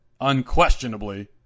unquestionably